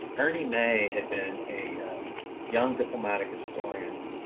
ernie may had been a young diplomatic historian